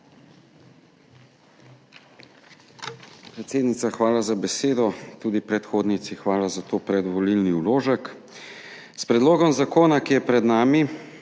hvala za besedo. Tudi predhodnici hvala za ta predvolilni vložek. S predlogom zakona, ki je pred nami,